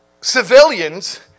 civilians